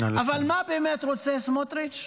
אבל מה באמת רוצה סמוטריץ'?